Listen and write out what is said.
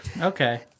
Okay